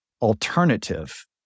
alternative